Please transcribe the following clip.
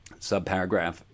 Subparagraph